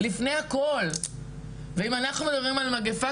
לפני הכול ואם אנחנו מדברים על מגיפה